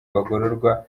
bagororwa